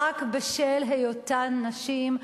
רק בשל היותן נשים,